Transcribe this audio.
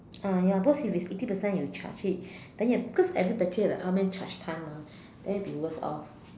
ah ya because if it's eighty percent you charge it then you have because every battery has a how many charge time mah then it will be worse off